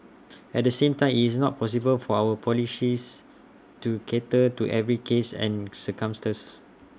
at the same time IT is not possible for our policies to cater to every case and circumstances